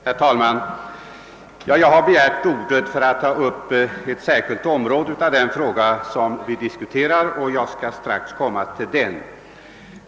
Herr talman! Jag har begärt ordet för att ta upp ett särskilt område av den fråga vi diskuterar; jag skall strax komma till den.